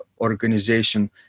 organization